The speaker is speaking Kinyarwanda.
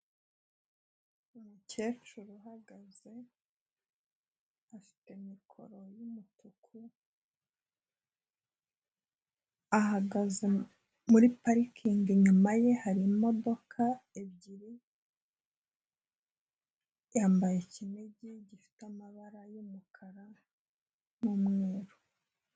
Umukecuru uhagaze, afite mikoro y'umutuku, ahagaze muri parikingi inyuma ye hari imodoka ebyiri, yambaye ikinigi gifite amabara y'umukara n'umweru.